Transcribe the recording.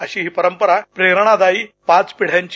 अशी ही परंपरा प्रेरणादायी पाच पिढ्यांची